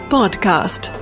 Podcast